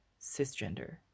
cisgender